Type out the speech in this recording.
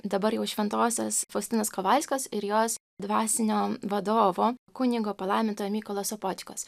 dabar jau šventosios faustinos kovalskos ir jos dvasinio vadovo kunigo palaimintojo mykolo sapočkos